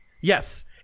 Yes